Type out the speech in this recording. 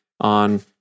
on